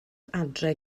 adre